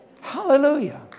hallelujah